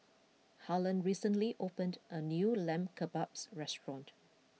Harlen recently opened a new Lamb Kebabs restaurant